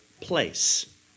place